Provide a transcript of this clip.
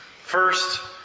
First